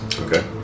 Okay